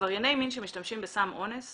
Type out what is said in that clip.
עברייני מין שמשתמשים בסם אונס